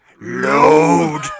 Load